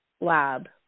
lab